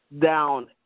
down